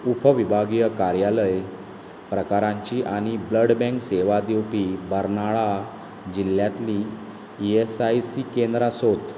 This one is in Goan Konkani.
उपविभागीय कार्यालय प्रकाराचीं आनी ब्लडबँक सेवा दिवपी बर्नाळा जिल्ल्यांतलीं ई एस आय सी केंद्रां सोद